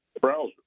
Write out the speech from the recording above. browser